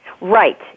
Right